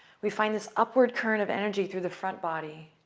we find this upward current of energy through the front body.